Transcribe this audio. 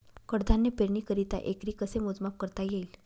कडधान्य पेरणीकरिता एकरी कसे मोजमाप करता येईल?